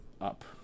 up